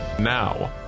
Now